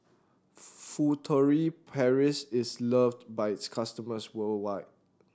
Furtere Paris is loved by its customers worldwide